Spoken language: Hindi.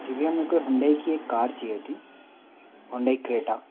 जी भईया मेको हुंडई की एक कार चाहिए थी होनाडाई क्रेटा